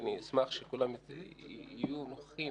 ואני אשמח שכולם יהיו נוכחים,